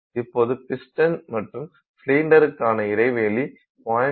இப்போது பிஸ்டன் மற்றும் சிலிண்டருக்கான இடைவெளி 0